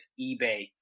eBay